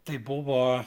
tai buvo